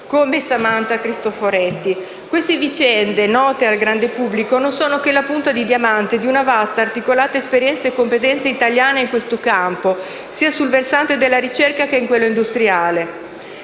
come Samantha Cristoforetti. Queste vicende, note al grande pubblico, non sono che la punta di diamante di una vasta, articolata esperienza e competenza italiana in questo campo, sia nel versante della ricerca che in quello industriale.